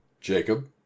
jacob